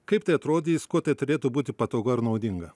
kaip tai atrodys kuo tai turėtų būti patogu ar naudinga